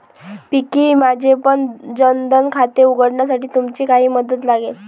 पिंकी, माझेपण जन धन खाते उघडण्यासाठी तुमची काही मदत लागेल